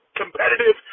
competitive